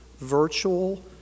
virtual